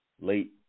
late